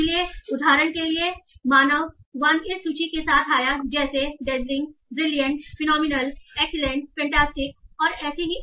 इसलिए उदाहरण के लिए इसलिए मानव वन इस सूची के साथ आया जैसे dazzling brilliant phenomenal excellent fantastic और ऐसे ही